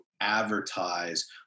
advertise